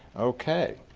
okay.